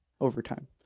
overtime